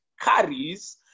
carries